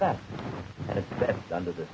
that that's that's under the